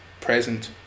present